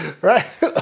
right